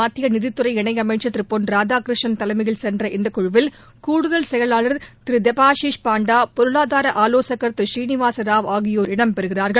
மத்திய நிதித்துறை இணையமைச்சர் திரு பொன் ராதாகிருஷ்ணன் தலைமையில் சென்ற இந்த குழுவில் கூடுதல் செயலாளர் திரு தெபாஷிஷ் பண்டா பொருளாதார ஆவோகர் திரு சீனிவாச ராவ் ஆகியோர் இடம் பெறுகிறார்கள்